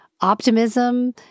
optimism